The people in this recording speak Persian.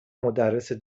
مدرس